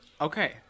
okay